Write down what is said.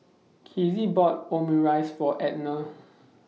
Kizzie bought Omurice For Edna